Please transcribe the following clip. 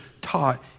taught